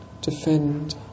defend